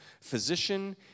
physician